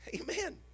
amen